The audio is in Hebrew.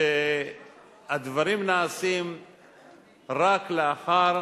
הדברים נעשים רק לאחר